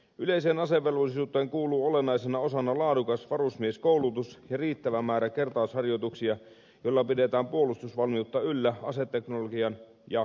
yleiseen asevelvollisuuteen kuuluu olennaisena osana laadukas varusmieskoulutus ja riittävä määrä kertausharjoituksia joilla pidetään puolustusvalmiutta yllä aseteknologian ja koulutuksen kehittyessä